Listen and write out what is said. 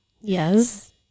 Yes